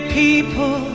people